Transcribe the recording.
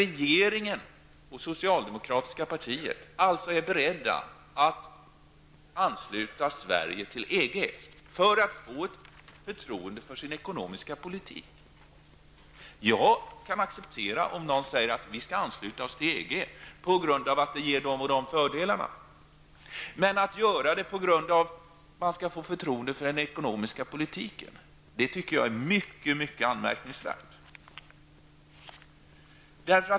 Regeringen och det socialdemokratiska partiet är alltså beredda att ansluta Sverige till EG för att få ett förtroende för sin ekonomiska politik. Jag kan acceptera om någon säger att vi skall ansluta oss till EG på grund av att det ger de och de fördelarna, men att göra det på grund av att man skall få förtroende för den ekonomiska politiken tycker jag är mycket, mycket anmärkningsvärt.